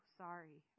sorry